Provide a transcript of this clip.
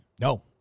No